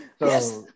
Yes